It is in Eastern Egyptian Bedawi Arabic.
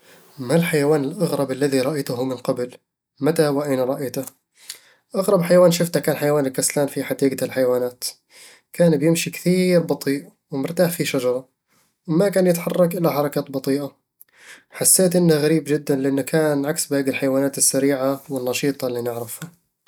ما الحيوان الأغرب الذي رأيته من قبل؟ متى وأين رأيته؟ أغرب حيوان شفته كان حيوان الكسلان في حديقة الحيوانات كان بيمشي كثير بطيء ومرتاح في شجرة، وما كان يتحرك إلا بحركات بطيئة حسيت أنه غريب جدًا لأنه كان عكس باقي الحيوانات السريعة والنشيطة اللي نعرفها